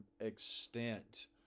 extent